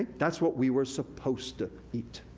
that's what we were supposed to eat.